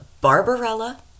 Barbarella